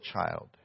child